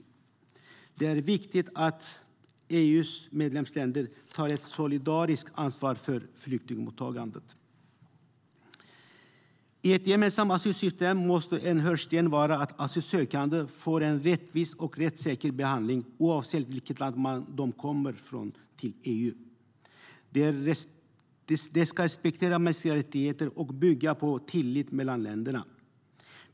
Det är viktigt att EU:s medlemsländer tar ett solidariskt ansvar för flyktingmottagandet. I ett gemensamt asylsystem måste en hörnsten vara att asylsökande får en rättvis och rättssäker behandling oavsett vilket land de kommer från till EU. Asylsystemet ska respektera mänskliga rättigheter och bygga på tillit mellan länderna.